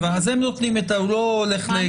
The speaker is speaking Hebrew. אז הם נותנים, הוא לא הולך לקופת החולים שלו.